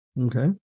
Okay